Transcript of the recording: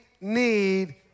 need